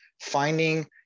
Finding